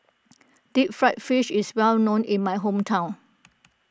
Deep Fried Fish is well known in my hometown